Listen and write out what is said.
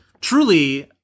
truly